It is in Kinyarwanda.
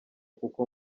kuko